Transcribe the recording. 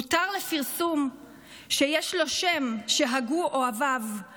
// הותר לפרסום / שיש לו שם שהגו אוהביו /